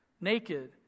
naked